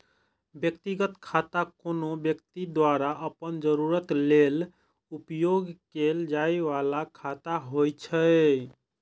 व्यक्तिगत खाता कोनो व्यक्ति द्वारा अपन जरूरत लेल उपयोग कैल जाइ बला खाता होइ छै